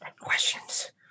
Questions